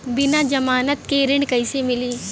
बिना जमानत के ऋण कईसे मिली?